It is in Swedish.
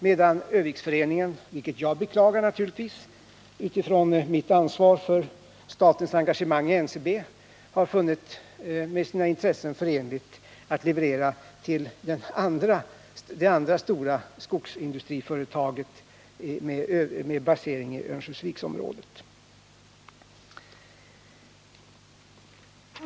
medan Ornsköldsviksföreningen, vilket jag naturligtvis beklagar utifrån mitt ansvar för statens engagemang i NCB har funnit det med sina intressen förenligt att leverera till det andra stora skogsindustriföretaget i Örnsköldsviksområdet.